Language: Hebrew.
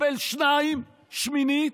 מקבל שניים, שמינית,